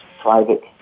private